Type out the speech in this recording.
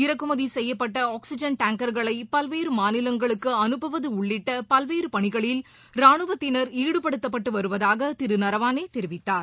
இறக்குமதிசெய்யப்பட்ட oxygen டாங்கர்களைபல்வேறுமாநிலங்களுக்குஅனுப்புவதஉள்ளிட்ட பல்வேறுபணிகளில் ராணுவத்தினர் ஈடுபடுத்தப்பட்டுவருவதாகதிருநரவனேதெரிவித்தார்